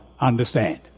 understand